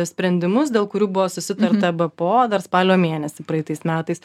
sprendimus dėl kurių buvo susitarta ebpo dar spalio mėnesį praeitais metais